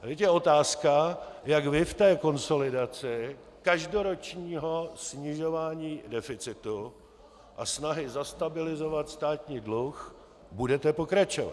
Teď je otázka, jak vy v té konsolidaci každoročního snižování deficitu a snahy zastabilizovat státní dluh budete pokračovat.